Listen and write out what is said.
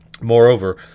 Moreover